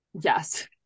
Yes